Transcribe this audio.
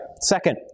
Second